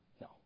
No